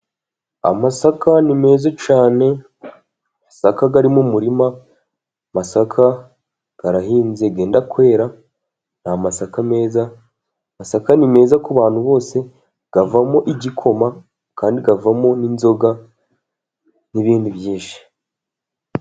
Amasaka ni meza cyane, amasaka ari mu murima, amasaka arahinze yenda kwera ni amasaka meza. Amasaka ni meza ku bantu bose avamo igikoma kandi avamo n'inzoga n'ibindi byinshi.